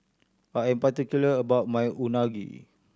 I am particular about my Unagi